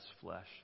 flesh